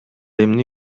эмне